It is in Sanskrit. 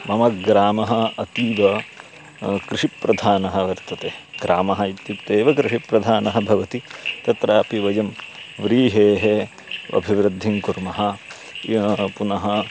मम ग्रामः अतीव कृषिप्रधानः वर्तते ग्रामः इत्युक्ते एव कृषिप्रधानः भवति तत्रापि वयं व्रीहेः अभिवृद्धिं कुर्मः पुनः